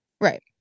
Right